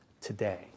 today